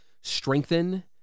strengthen